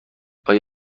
آیا